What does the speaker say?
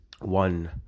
one